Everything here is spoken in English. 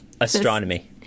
astronomy